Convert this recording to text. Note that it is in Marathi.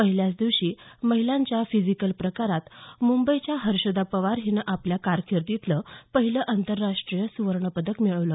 पहिल्याच दिवशी महिलांच्या फिजिकल प्रकारात मुंबईच्या हर्षदा पवार हिनं आपल्या कारकिर्दीतलं पहिलं आंतरराष्ट्रीय सुवर्णपदक मिळविलं